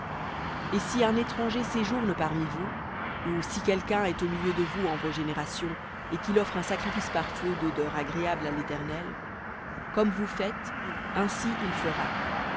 et si un étranger séjourne parmi vous ou si quelqu'un est au milieu de vous en vos générations et qu'il offre un sacrifice par feu d'odeur agréable à l'éternel comme vous faites ainsi il fera